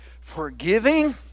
forgiving